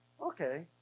Okay